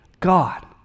God